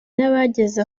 n’abageze